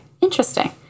interesting